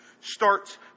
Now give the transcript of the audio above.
starts